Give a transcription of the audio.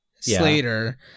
Slater